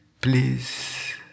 Please